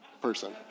Person